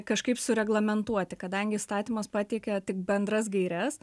kažkaip sureglamentuoti kadangi įstatymas pateikia tik bendras gaires